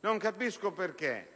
Non capisco perché,